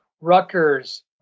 Rutgers